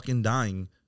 dying